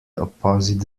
opposite